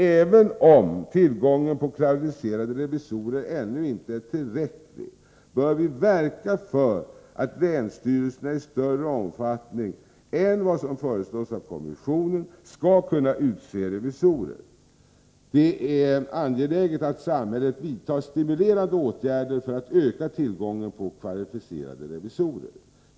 Även om tillgången på kvalificerade revisorer ännu inte är tillräcklig, bör vi verka för att länsstyrelserna i större omfattning än vad som föreslås av kommissionen skall kunna utse revisorer. Det är angeläget att samhället vidtar stimulerande åtgärder för att öka tillgången på kvalificerade revisiorer.